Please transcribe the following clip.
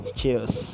cheers